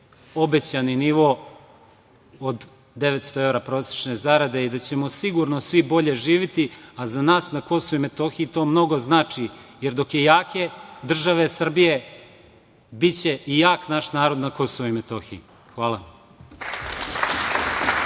obećani nivo od 900 evra prosečne zarade i da ćemo sigurno svi bolje živeti, a za nas na KiM to mnogo znači, jer dok je jake države Srbije, biće i jak naš narod na KiM. Hvala.